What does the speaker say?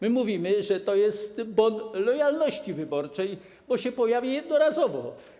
My mówimy, że to jest bon lojalności wyborczej, bo się pojawia jednorazowo.